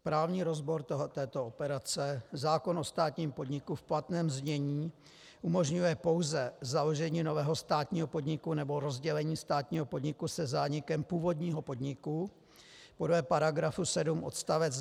Právní rozbor této operace zákon o státním podniku v platném znění umožňuje pouze založení nového státního podniku nebo rozdělení státního podniku se zánikem původního podniku podle § 7 odst.